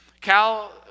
Cal